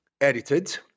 edited